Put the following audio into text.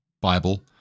Bible